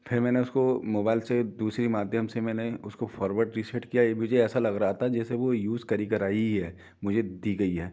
फिर मैंने उसको मोबैल से दूसरे माध्यम से मैंने उसको फौरवोर्ड रीसेट किया मुझे ऐसा लग रहा था जैसे वो यूस करी कराई है मुझे दी गई है